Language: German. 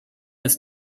ist